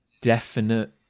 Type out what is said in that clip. definite